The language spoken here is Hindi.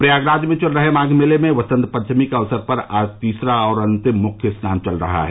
प्रयागराज में चल रहे माघ मेले में वसंत पंचमी के अवसर पर आज तीसरा और अंतिम मुख्य स्नान चल रहा है